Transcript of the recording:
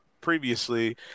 previously